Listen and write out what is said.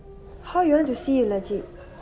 how you want to see you legit